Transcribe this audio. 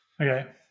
Okay